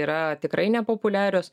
yra tikrai nepopuliarios